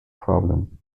problem